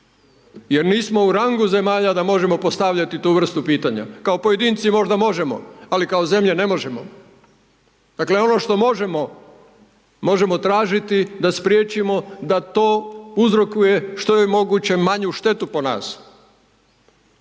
jer nismo u rangu zemalja da možemo postavljati tu vrstu pitanja, kao pojedinci možda možemo, ali kao zemlje ne možemo. Dakle ono što možemo, možemo tražiti da spriječimo da to uzrokuje što je moguće manju štetu po nas.